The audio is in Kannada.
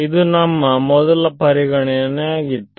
ಇದು ನಮ್ಮ ಮೊದಲ ಪರಿಗಣನೆಯಾಗಿತ್ತು